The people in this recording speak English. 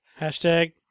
Hashtag